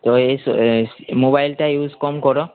তো এই স এই মোবাইলটা ইউস কম করো